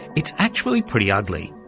it's actually pretty ugly,